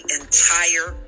entire